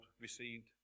received